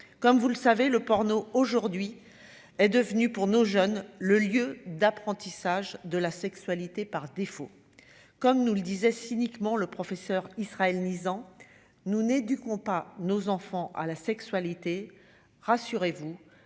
comme vous le savez le porno aujourd'hui est devenue pour nos jeunes, le lieu d'apprentissage de la sexualité par défaut, comme nous le disait cyniquement le professeur Israël Nisand nous n'éduquons pas nos enfants à la sexualité, rassurez-vous,